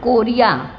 Korea